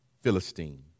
Philistine